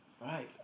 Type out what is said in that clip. Right